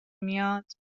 میاد